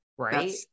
Right